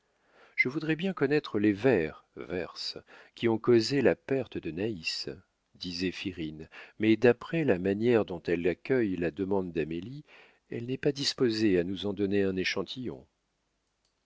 je voudrais bien connaître les vers verse qui ont causé la perte de naïs dit zéphirine mais d'après la manière dont elle accueille la demande d'amélie elle n'est pas disposée à nous en donner un échantillon